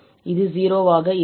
இது 0 ஆக இருக்கும்